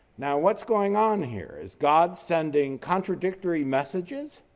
now, what's going on here? is god sending contradictory messages?